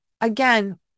again